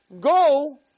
go